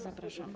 Zapraszam.